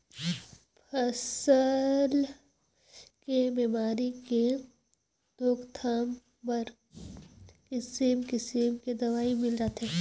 फसल के बेमारी के रोकथाम बर किसिम किसम के दवई मिल जाथे